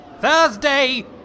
Thursday